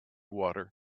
water